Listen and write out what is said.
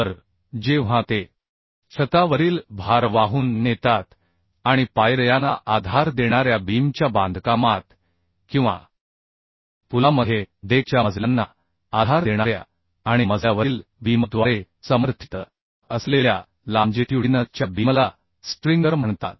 तर जेव्हा ते छतावरील भार वाहून नेतात आणि पायरयाना आधार देणाऱ्या बीमच्या बांधकामात किंवा पुलामध्ये डेकच्या मजल्यांना आधार देणाऱ्या आणि मजल्यावरील बीमद्वारे समर्थित असलेल्या लाँजिट्युडिनल च्या बीमला स्ट्रिंगर म्हणतात